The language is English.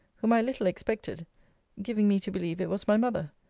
whom i little expected giving me to believe it was my mother.